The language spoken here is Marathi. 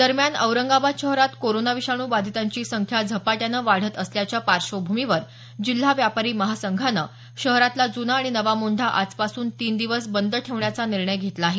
दरम्यान औरंगाबाद शहरात कोरोना विषाणू बाधितांची संख्या झपाट्यानं वाढत असल्याच्या पार्श्वभूमीवर जिल्हा व्यापारी महासंघानं शहरातला जुना आणि नवा मोढा आजपासून तीन दिवस बंद ठेवण्याचा निर्णय घेतला आहे